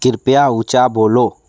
कृपया ऊँचा बोलो